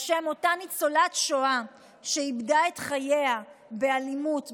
על שם אותה ניצולת שואה שאיבדה את חייה באלימות,